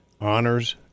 honors